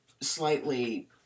slightly